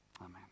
amen